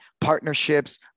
Partnerships